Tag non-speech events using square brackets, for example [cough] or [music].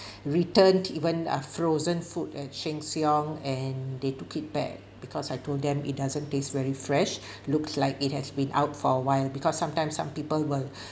[breath] returned even uh frozen food at sheng siong and they took it back because I told them it doesn't taste very fresh [breath] looks like it has been out for a while because sometimes some people will